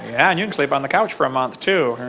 and you can sleep on the couch for a month too.